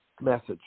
message